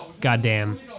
goddamn